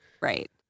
Right